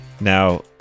Now